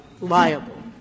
liable